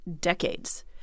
decades